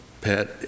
Pat